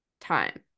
time